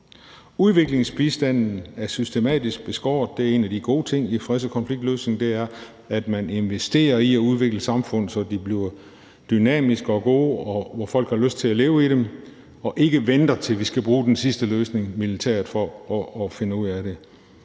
Udviklingsbistanden er systematisk beskåret. En af de gode ting ved freds- og konfliktløsning er, at man investerer i at udvikle samfund, så de bliver dynamiske og gode, så folk har lyst til at leve i dem, og at man ikke venter, til vi skal bruge den sidste løsning, militæret, for at finde ud af det.